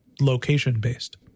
location-based